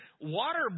water